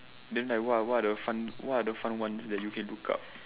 then like what are the fun what are the fun one that you can look up